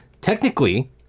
technically